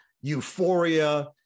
euphoria